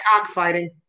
cockfighting